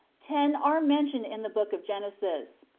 ten are mentioned in the book of genesis.